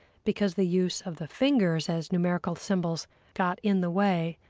because the use of the fingers as numerical symbols got in the way,